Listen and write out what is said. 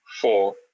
four